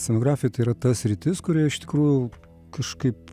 scenografija tai yra ta sritis kurioje iš tikrųjų kažkaip